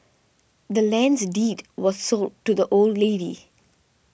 the land's deed was sold to the old lady